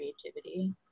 creativity